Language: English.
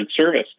service